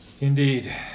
indeed